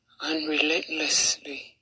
unrelentlessly